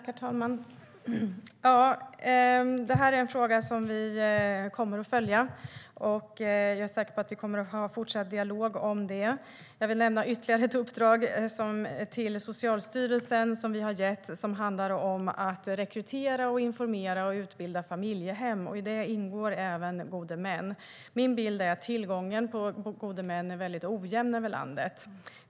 Herr talman! Det här är en fråga som vi kommer att följa, och jag är säker på att vi kommer att ha en fortsatt dialog om den. Jag vill nämna ytterligare ett uppdrag som vi har gett till Socialstyrelsen som handlar om att rekrytera, informera och utbilda familjehem. I det ingår även gode män. Min bild är att tillgången på gode män är väldigt ojämn över landet.